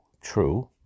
true